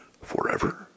forever